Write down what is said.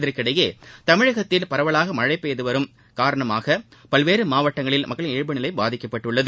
இதற்கிடையே தமிழகத்தில் பரவலாக பெய்து வரும் மழை காரணமாக பல்வேறு மாவட்டங்களில் மக்களின் இயல்பு நிலை பாதிக்கப்பட்டுள்ளது